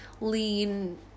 lean